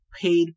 paid